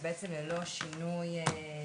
אז בעצם זה ללא שינוי עומק,